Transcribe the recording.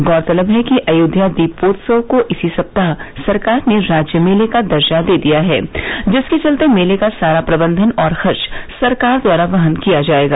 गौरतलब है कि अयोध्या दीपोत्सव को इसी सप्ताह सरकार ने राज्य मेले का दर्जा दे दिया है जिसके चलते मेले का सारा प्रबंधन और खर्च सरकार द्वारा वहन किया जायेगा